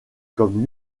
comme